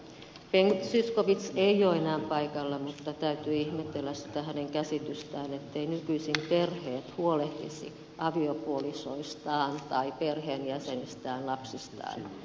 ben zyskowicz ei ole enää paikalla mutta täytyy ihmetellä sitä hänen käsitystään etteivät nykyisin perheet huolehtisi aviopuolisoistaan tai perheenjäsenistään lapsistaan